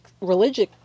religious